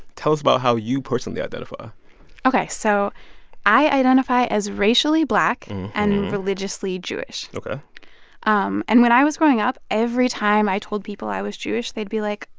tell us about how you personally identify ok. so i identify as racially black and religiously jewish ok um and when i was growing up, every time i told people i was jewish, they'd be like,